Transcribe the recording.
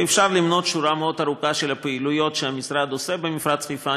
ואפשר למנות שורה מאוד ארוכה של הפעילויות שהמשרד עושה במפרץ חיפה.